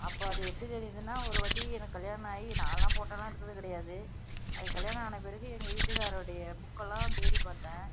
அப்போ அது எப்படி தெரியுதுன்னா ஒரு வாட்டி எனக்கு கல்யாணம் ஆகி நாலாம் ஃபோட்டோலாம் எடுத்தது கிடையாது அதுக்கு கல்யாணம் ஆனா பிறகு எங்கள் வீட்டுகாரோடையே புக்கெல்லாம் தேடி பார்த்தேன்